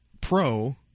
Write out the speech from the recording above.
pro